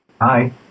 hi